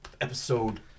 Episode